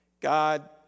God